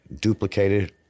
duplicated